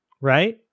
right